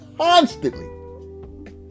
constantly